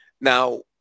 Now